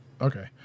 Okay